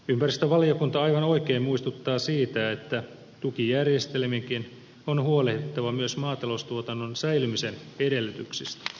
ympäristövaliokunta aivan oikein muistuttaa siitä että tukijärjestelmienkin on huolehdittava myös maataloustuotannon säilymisen edellytyksistä